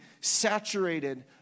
saturated